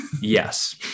Yes